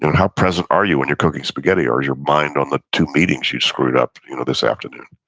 how present are you when you're cooking spaghetti or your mind on the two meetings you screwed up you know this afternoon?